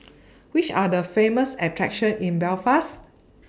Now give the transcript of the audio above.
Which Are The Famous attractions in Belfast